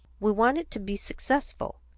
we want it to be successful,